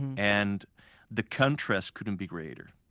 and the contrast couldn't be greater.